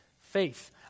faith